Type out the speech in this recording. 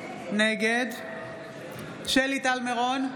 נגד שלי טל מירון,